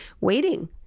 waiting